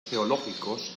geológicos